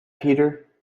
peter